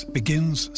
begins